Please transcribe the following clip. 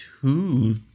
two